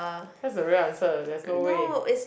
that's the real answer there's no way